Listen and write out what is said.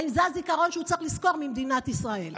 האם זה הזיכרון שהוא צריך לזכור ממדינת ישראל?